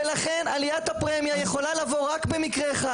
ולכן עליית הפרמיה יכולה לבוא רק במקרה אחד.